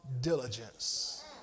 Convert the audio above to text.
diligence